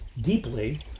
deeply